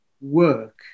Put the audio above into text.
work